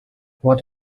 what